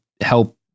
help